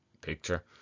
picture